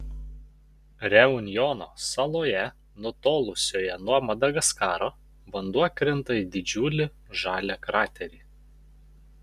reunjono saloje nutolusioje nuo madagaskaro vanduo krinta į didžiulį žalią kraterį